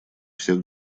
всех